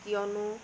কিয়নো